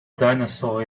dinosaur